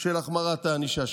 של החמרת הענישה,